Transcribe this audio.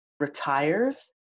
Retires